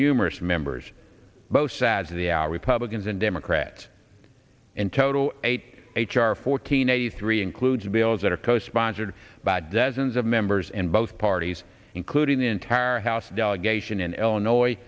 numerous members both sides of the hour republicans and democrat in total eight h r fourteen eighty three includes bills that are co sponsored by dozens of members and both parties including the entire house delegation in illinois